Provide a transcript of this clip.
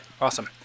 Awesome